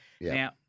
Now